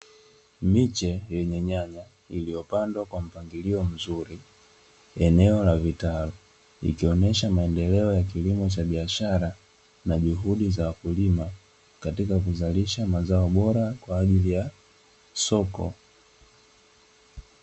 Miche yenye nyanya, iliyopandwa kwa mpangilio mzuri eneo la vitalu ikionyesha maendeleo ya kilimo cha biashara na juhudi za wakulima katika ya kuzalisha mazao mazuri kwa ajili ya soko.